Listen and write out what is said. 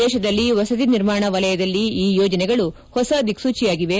ದೇತದಲ್ಲಿ ಮಸತಿ ನಿರ್ಮಾಣ ವಲಯದಲ್ಲಿ ಈ ಯೋಜನೆಗಳು ಹೊಸ ದಿಕ್ಸೂಚಿಯಾಗಿವೆ